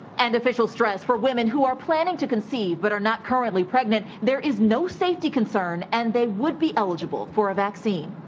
and officials stress for women who are planning to conceive but are not currently pregnant there is no safety concern and they would be eligible for a vaccine.